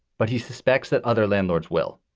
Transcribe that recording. but he suspects that other landlords will.